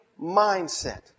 mindset